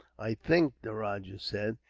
i think, the rajah said,